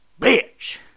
bitch